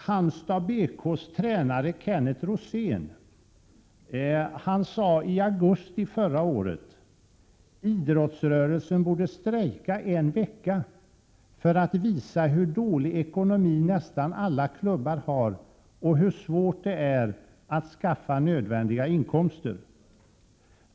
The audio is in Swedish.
Halmstad BK:s tränare Kenneth Rosén sade i en tidningsartikel i augusti förra året: ”Idrottsrörelsen borde strejka en vecka för att visa hur dålig ekonomi nästan alla klubbar har och hur svårt det är att skaffa nödvändiga inkomster.